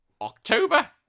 October